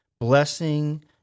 Blessing